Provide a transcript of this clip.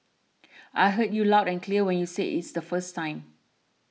I heard you loud and clear when you said it the first time